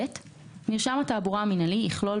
(ב)מרשם התעבורה המינהלי יכלול,